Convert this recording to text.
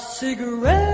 cigarette